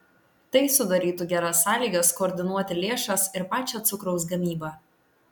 tai sudarytų geras sąlygas koordinuoti lėšas ir pačią cukraus gamybą